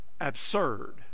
absurd